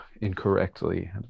incorrectly